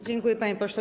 Dziękuję, panie pośle.